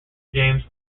james